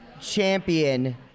Champion